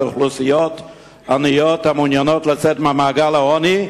אוכלוסיות עניות המעוניינות לצאת ממעגל העוני,